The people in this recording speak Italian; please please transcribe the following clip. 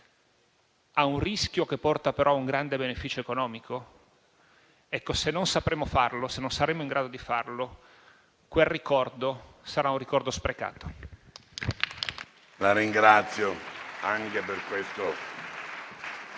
a un rischio che porta però un grande beneficio economico? Se non saremo in grado di farlo, quel ricordo sarà un ricordo sprecato.